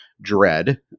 dread